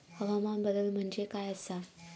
हवामान बदल म्हणजे काय आसा?